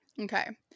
Okay